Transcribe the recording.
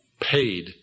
paid